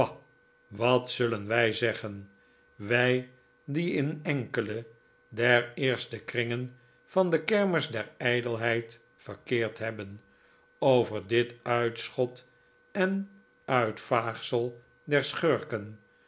wat zullen wij zeggen wij die in enkele der eerste kringen van de kermis der ijdelheid verkeerd hebben over dit uitschot en uitvaagsel der schurken